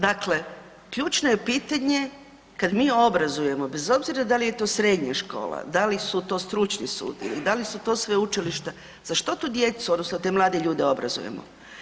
Dakle, ključno je pitanje kad mi obrazujemo, bez obzira da li je to srednja škola, da li su to stručni studiji, da li su to sveučilišta, za što tu djecu odnosno te mlade ljude obrazujemo?